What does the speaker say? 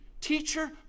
Teacher